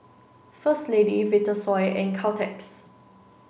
First Lady Vitasoy and Caltex